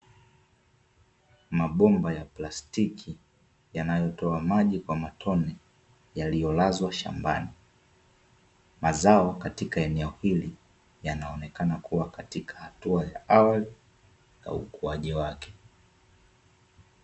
Mabomba ya plastiki yanayotoa maji kwa matone yaliyolazwa shambani, mazao katika eneo hili yanaonekana kuwa katika hatua ya awali ya ukuwaji wake.